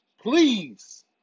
Please